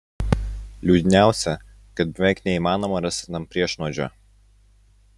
liūdniausia kad beveik neįmanoma rasti tam priešnuodžio